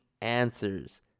answers